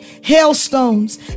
hailstones